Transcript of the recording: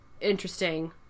interesting